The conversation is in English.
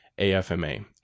AFMA